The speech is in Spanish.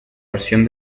versión